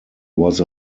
was